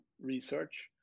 research